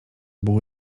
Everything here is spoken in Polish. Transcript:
było